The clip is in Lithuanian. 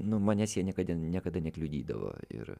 nu manęs jie niekada niekada nekliudydavo ir